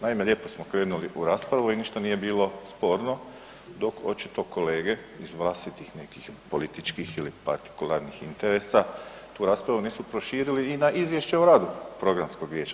Naime, lijepo smo krenuli u raspravu i ništa nije bilo sporno dok očito kolege iz vlastitih nekih političkih ili partikularnih interesa tu raspravu nisu proširili i na izvješće o radu programskog vijeća.